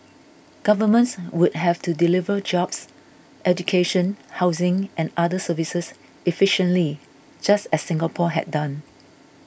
governments would have to deliver jobs education housing and other services efficiently just as Singapore had done